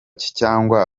cyangwa